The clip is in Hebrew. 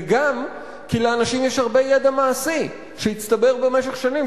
וגם כי לאנשים יש הרבה ידע מעשי שהצטבר במשך שנים,